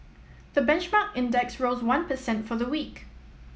the benchmark index rose one per cent for the week